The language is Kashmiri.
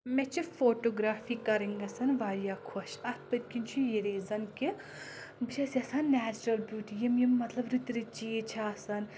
مےٚ چھِ فوٹوگرافی کَرٕنۍ گژھان واریاہ خۄش اَتھ پٔتۍ کِنۍ چھِ یہِ ریٖزن کہِ بہٕ چھَس یَژھان نیچرل بیوٗٹی یِم مطلب رٕتۍ رٕتۍ چیٖز چھِ آسان